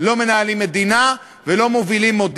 המדינות שאליהן אנחנו מייצאים.